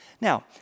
Now